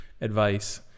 advice